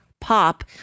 pop